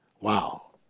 Wow